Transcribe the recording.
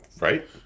right